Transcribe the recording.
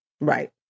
Right